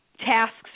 tasks